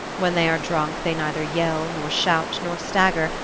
when they are drunk, they neither yell, nor shout, nor stagger,